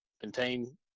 contain